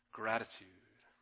gratitude